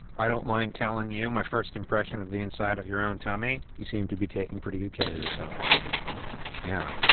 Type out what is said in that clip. i don't mind telling you, my first impression of the inside of your own tummy, you seem to be taking pretty good care of yourself thank you yeah.